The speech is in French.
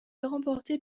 remportée